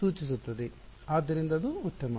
ಆದ್ದರಿಂದ ಅದು ಉತ್ತಮ